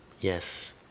Yes